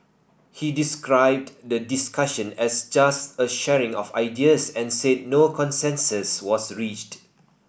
he described the discussion as just a sharing of ideas and said no consensus was reached